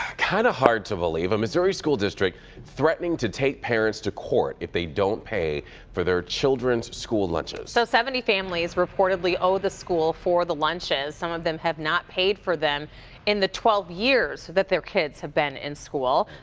kind of hard to believe. a missouri school district threatening to take parents to court if they don't pay for their children's school lunches. rhonda so seventy families reportedly owe the school for the lunches, some of them have not paid for them in the twelve years their kids have been in school!